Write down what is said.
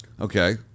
Okay